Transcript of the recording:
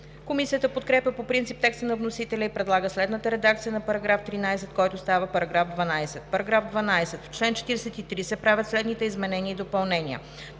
Комисията подкрепя по принцип текста на вносителя и предлага следната редакция на § 13, който става § 12: „§ 12. В чл. 43 се правят следните изменения и допълнения: